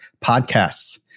podcasts